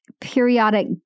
periodic